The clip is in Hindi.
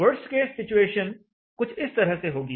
वर्स्ट केस सिचुएशन कुछ इस तरह से होगी